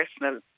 personal